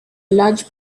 large